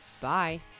Bye